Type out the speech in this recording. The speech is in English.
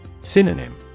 Synonym